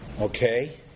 Okay